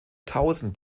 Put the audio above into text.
tausend